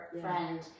friend